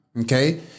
Okay